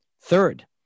Third